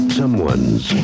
someone's